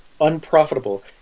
unprofitable